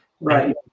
right